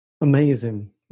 Amazing